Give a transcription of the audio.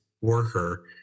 worker